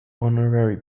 honorary